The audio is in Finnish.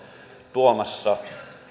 tuomassa